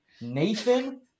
Nathan